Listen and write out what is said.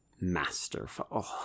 masterful